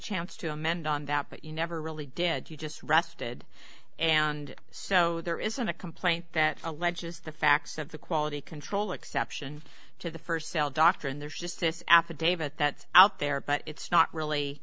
chance to amend on that but you never really did you just rested and so there isn't a complaint that alleges the facts of the quality control exception to the first sale doctrine there's just this affidavit that's out there but it's not really